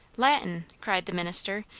latin! cried the minister.